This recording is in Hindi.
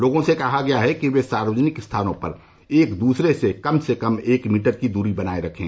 लोगों से कहा गया है कि वे सार्वजनिक स्थानों पर एक दूसरे से कम से कम एक मीटर की दूरी बनाये रखें